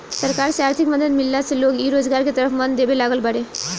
सरकार से आर्थिक मदद मिलला से लोग इ रोजगार के तरफ मन देबे लागल बाड़ें